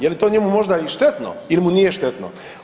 Je li to njemu možda i štetno ili mu nije štetno?